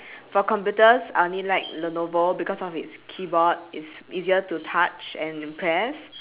for computers I only like lenovo because of it's keyboard it's easier to touch and press